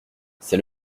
c’est